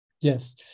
Yes